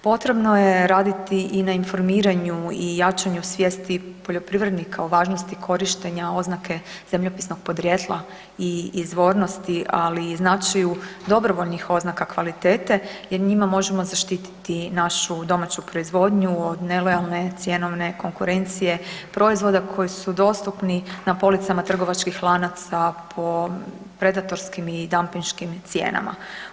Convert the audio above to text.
Potrebno je raditi i na informiranju i jačanju svijesti poljoprivrednika o važnosti korištenja oznake zemljopisnog podrijetla i izvornosti, ali i značaju dobrovoljnih oznaka kvalitete jer njima možemo zaštititi našu domaću proizvodnju od nelojalne cjenovne konkurencije proizvoda koji su dostupni na policama trgovačkih lanaca po predatorskim i dampinškim cijenama.